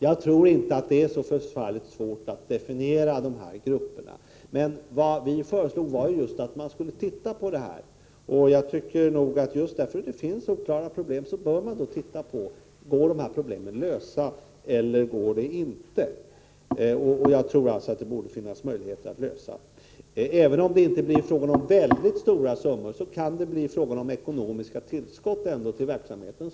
Jag tror inte att det är så förfärligt svårt att definiera dessa grupper. Vad vi föreslog var att man skulle titta på dessa problem. Just därför att det finns oklarheter bör man undersöka om problemen går att lösa eller inte. Jag tror att det är möjligt att lösa dem. Även om det inte blir fråga om speciellt stora summor, kan det ändå bli ekonomiska tillskott till verksamheten.